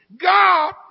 God